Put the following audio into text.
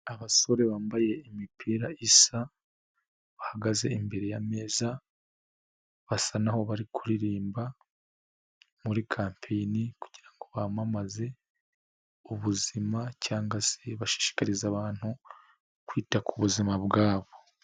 Abasore bambaye imipira isa, bahagaze imbere y'ameza, basa n'aho bari kuririmba muri kampeyini, kugirango bamamaze ubuzima, cyangwa se bashishikariza abantu kwita ku buzima bwabo.